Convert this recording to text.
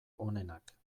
onenak